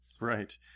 Right